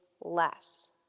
less